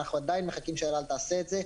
אנחנו עדין מחכים שאל-על תעשה את זה.